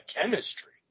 chemistry